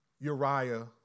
Uriah